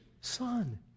Son